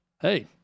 Hey